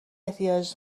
احتیاج